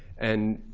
and